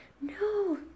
no